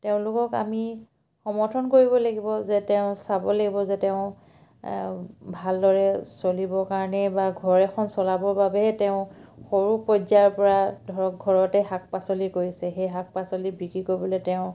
তেওঁলোকক আমি সমৰ্থন কৰিব লাগিব যে তেওঁ চাব লাগিব যে তেওঁ ভালদৰে চলিবৰ কাৰণে বা ঘৰ এখন চলাবৰ বাবেহে তেওঁ সৰু পৰ্যায়ৰ পৰা ধৰক ঘৰতে শাক পাচলি কৰিছে সেই শাক পাচলি বিক্ৰী কৰিবলে তেওঁ